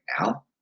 now